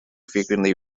frequently